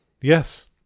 Yes